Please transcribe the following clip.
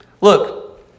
Look